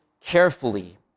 carefully